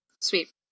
Sweet